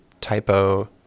typo